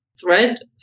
thread